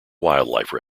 wildlife